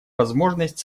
возможность